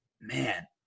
man